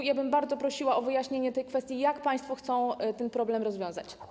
Bardzo bym prosiła o wyjaśnienie tej kwestii, jak państwo chcą ten problem rozwiązać.